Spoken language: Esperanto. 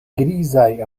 grizaj